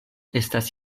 estas